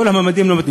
הממדים לא מתאים.